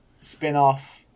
spin-off